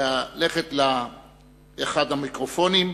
ללכת לאחד המיקרופונים,